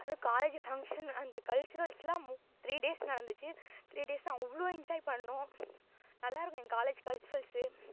அதுவும் college function அந்த கல்ச்சுரல்ஸ்லாம் த்ரீ டேஸ் நடந்துச்சு த்ரீ டேஸ்ஸும் அவ்வளோ என்ஜாய் பண்ணோம் நல்லாயிருக்கும் எங்கள் காலேஜ் கல்ச்சுரல்ஸு